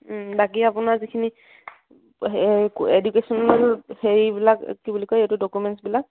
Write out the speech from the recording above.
বাকী আপোনাৰ যিখিনি হে এডুকেশ্যনেল হেৰিবিলাক কি বুলি কয় এইটো ডকুমেণ্টছবিলাক